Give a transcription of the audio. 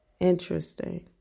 Interesting